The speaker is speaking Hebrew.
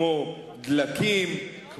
כמו דלקים,